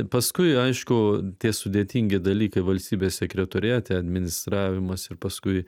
paskui aišku tie sudėtingi dalykai valstybės sekretoriate administravimas ir paskui